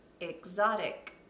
exotic